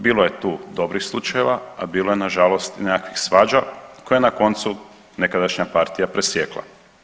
Bilo je tu dobrih slučajeva, a bilo je nažalost i nekakvih svađa koje je na koncu nekadašnja partija presijekla.